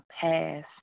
past